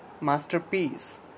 masterpiece